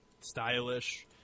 stylish